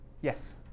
yes